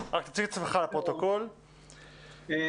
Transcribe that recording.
אני רוצה לפנות לחברת הכנסת לשעבר מירב בן ארי,